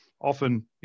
often